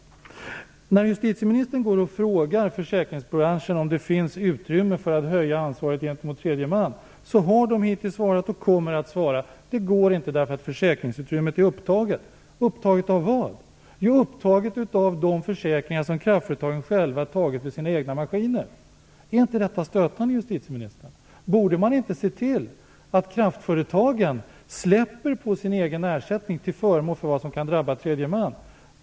När justitieministern frågar försäkringsbranschen om det finns utrymme för att höja ansvaret gentemot tredje man, har den hittills svarat och kommer att svara: Det går inte, eftersom försäkringsutrymmet är upptaget. Vad är det då upptaget av? Jo, av de försäkringar som kraftföretagen själva har tagit på sina egna maskiner. Är inte detta stötande, justitieministern? Borde man inte se till att kraftföretagen släpper på sin egen ersättning till förmån för krav med anledning av skador som kan drabba tredje man?